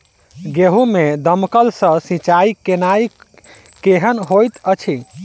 गेंहूँ मे दमकल सँ सिंचाई केनाइ केहन होइत अछि?